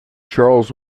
charles